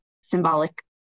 symbolic